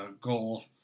goal